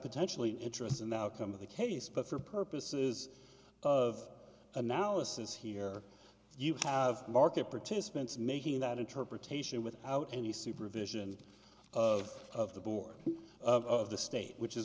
potentially an interest in the outcome of the case but for purposes of analysis here you have market participants making that interpretation without any supervision of the board of the state which is